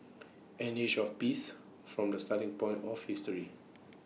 an age of peace from the starting point of history